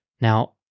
Now